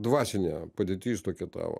dvasinė padėtis tokia tavo